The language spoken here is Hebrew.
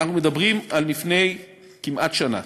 אנחנו מדברים על לפני כמעט שנה,